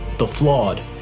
the flawed,